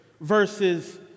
versus